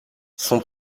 son